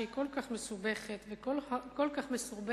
שהיא כל כך מסובכת וכל כך מסורבלת,